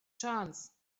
chance